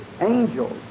angels